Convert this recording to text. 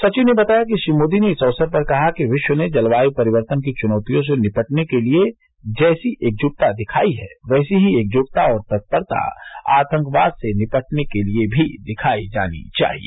सचिव ने बताया कि श्री मोदी ने इस अवसर पर कहा कि विश्व ने जलवायु परिवर्तन की चुनौतियों से निपटने के लिए जैसी एकजुटता दिखाई है वैसी ही एकजुटता और तत्परता आतंकवाद से निपटने के लिए भी दिखाई जानी चाहिए